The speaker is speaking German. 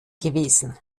gewesen